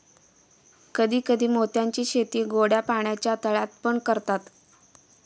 कधी कधी मोत्यांची शेती गोड्या पाण्याच्या तळ्यात पण करतात